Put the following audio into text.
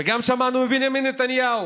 וגם שמענו מבנימין נתניהו